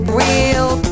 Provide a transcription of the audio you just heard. real